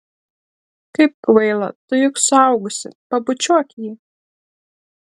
kaip kvaila tu juk suaugusi pabučiuok jį